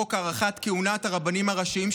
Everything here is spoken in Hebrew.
חוק הארכת כהונת הרבנים הראשיים,